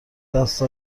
دست